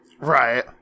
Right